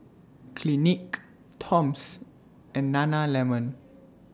Clinique Toms and Nana Lemon